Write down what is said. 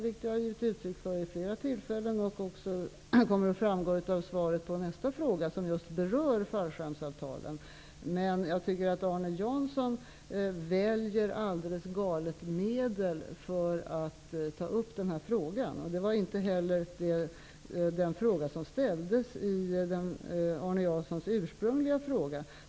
Detta har jag givit uttryck för vid flera tillfällen, och det kommer också att framgå av svaret på nästa fråga, som just berör fallskärmsavtalen. Men Arne Jansson väljer alldeles galet medel för att bekämpa det han ogillar. Fallskärmsavtalen togs inte heller upp i den fråga Arne Jansson ursprungligen ställde.